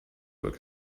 work